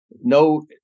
no